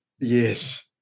yes